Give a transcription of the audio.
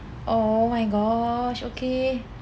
oh my gosh okay